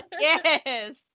Yes